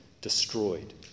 destroyed